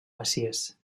messies